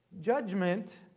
judgment